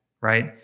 right